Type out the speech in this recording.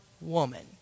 woman